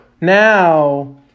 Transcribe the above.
Now